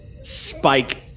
spike